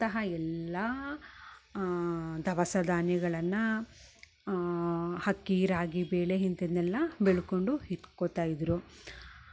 ಅಂತಹ ಎಲ್ಲಾ ದವಸ ಧಾನ್ಯಗಳನ್ನ ಅಕ್ಕಿ ರಾಗಿ ಬೇಳೆ ಇಂಥದ್ನೆಲ್ಲ ಬೆಳ್ಕೊಂಡು ಇಟ್ಕೊತಾ ಇದ್ದರು